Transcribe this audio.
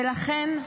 ולכן,